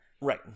Right